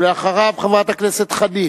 אחריו, חברת הכנסת חנין.